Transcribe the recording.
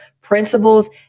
principles